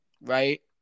right